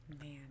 Man